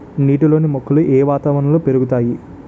నీటిలోని మొక్కలు ఏ వాతావరణంలో పెరుగుతాయి?